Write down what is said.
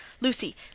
Lucy